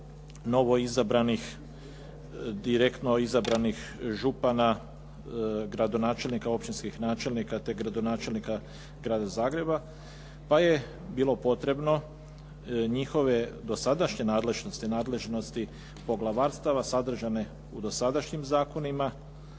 novoizabranih, direktno izabranih župana, gradonačelnika, općinskih načelnika te gradonačelnika Grada Zagreba pa je bilo potrebno njihove dosadašnje nadležnosti, nadležnosti poglavarstava sadržane u dosadašnjim zakonima